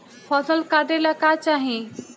फसल काटेला का चाही?